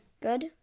good